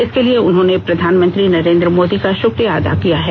इसके लिए उन्होंने प्रधानमंत्री नरेंद्र मोदी का शुक्रिया अदा किया है